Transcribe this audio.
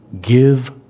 give